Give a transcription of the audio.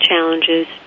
challenges